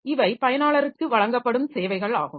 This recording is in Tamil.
இவை பயனாளருக்கு வழங்கப்படும் சேவைகள் ஆகும்